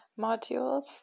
modules